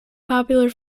popular